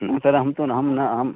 नूतनं तु अहं न अहम्